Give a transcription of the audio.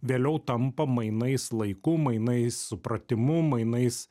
vėliau tampa mainais laiku mainais supratimu mainais